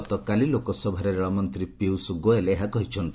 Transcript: ଗତକାଲି ଲୋକସଭାରେ ରେଳମନ୍ତ୍ରୀ ପିୟୁଷ ଗୋଏଲ୍ ଏହା କହିଛନ୍ତି